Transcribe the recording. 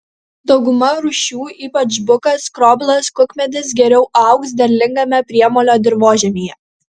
dauguma rūšių ypač bukas skroblas kukmedis geriau augs derlingame priemolio dirvožemyje